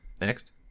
Next